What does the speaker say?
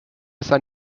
sein